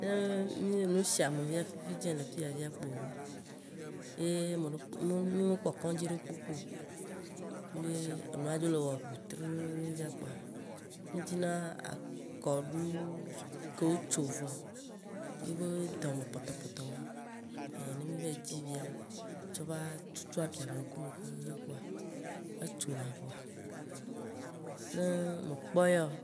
Ne nu si ame fifidzĩ fia le fiya kpo, ye ne wo me kpɔ kɔŋdzi ɖekpokpo, ne enua dzo le wɔ ʋu treɖiɖi via kpoa, mì dzina akɔɖu ke wo tso vɔ, mì dzina ye be dɔme pɔtɔ pɔtɔ ma, ein ne mì va yi dzi via, tsɔ va tutu abia be ŋkume via keŋkeŋ kpoa, etsona ʋua, ne me kpɔ ya o,